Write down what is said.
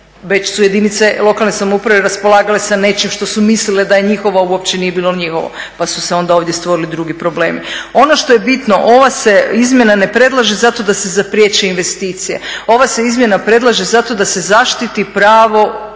već su jedinice lokalne samouprave raspolagale sa nečim što su mislile da je njihovo, a uopće nije bilo njihovo pa su se onda stvorili ovdje drugi problemi. Ono što je bitno ova se izmjena ne predlaže zato da se zapriječe investicije, ova se izmjena predlaže zato da se zaštiti pravo